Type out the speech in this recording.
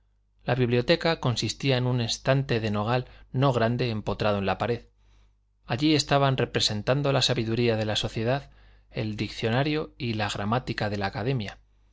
la biblioteca consistía en un estante de nogal no grande empotrado en la pared allí estaban representando la sabiduría de la sociedad el diccionario y la gramática de la academia